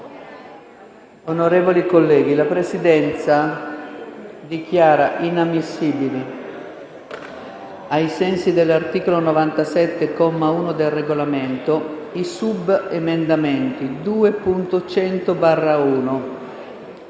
Onorevoli colleghi, la Presidenza dichiara inammissibili, ai sensi dell'articolo 97, comma 1, del Regolamento, i subemendamenti 2.100/1,